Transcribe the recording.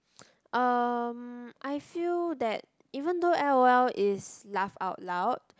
um I feel that even though L_O_L is laugh out loud